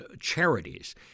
charities